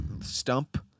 stump